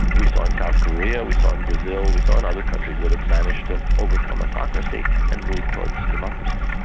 we saw in south korea, we saw in brazil, we saw in other countries that have managed to overcome autocracy and move towards democracy.